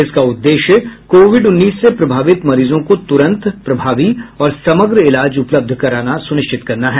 इसका उद्वेश्य कोविड उन्नीस से प्रभावित मरीजों को तुरंत प्रभावी और समग्र इलाज उपलब्ध कराना सुनिश्चित करना है